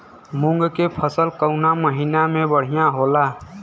मुँग के फसल कउना महिना में बढ़ियां होला?